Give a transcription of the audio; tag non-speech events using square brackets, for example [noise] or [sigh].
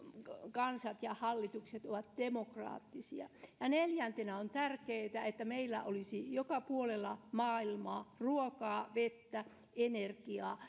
kansat ja hallitukset ovat demokraattisia ja neljäntenä on tärkeätä että meillä olisi joka puolella maailmaa ruokaa vettä ja energiaa [unintelligible]